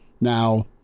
Now